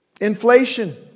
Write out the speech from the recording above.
inflation